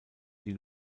die